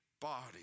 body